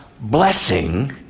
blessing